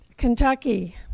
Kentucky